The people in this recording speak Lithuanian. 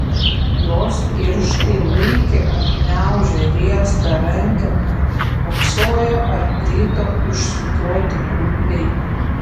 jos pirštai laikė apgniaužę riestą rankeną pūpsojo artrito išsukioti krumpliai